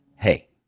hey